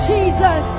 Jesus